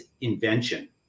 invention